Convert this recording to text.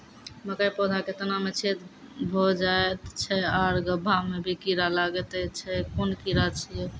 मकयक पौधा के तना मे छेद भो जायत छै आर गभ्भा मे भी कीड़ा लागतै छै कून कीड़ा छियै?